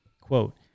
quote